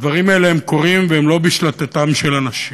הדברים האלה קורים, והם לא בשליטתם של אנשים.